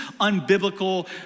unbiblical